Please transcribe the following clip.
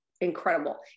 incredible